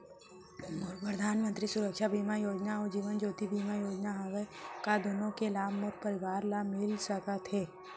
मोर परधानमंतरी सुरक्षा बीमा योजना अऊ जीवन ज्योति बीमा योजना हवे, का दूनो के लाभ मोर परवार ल मिलिस सकत हे?